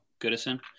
Goodison